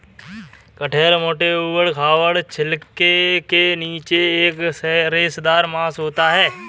कटहल मोटे, ऊबड़ खाबड़ छिलके के नीचे एक रेशेदार मांस होता है